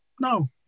no